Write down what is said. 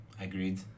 Agreed